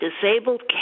disabled